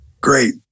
great